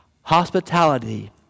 Hospitality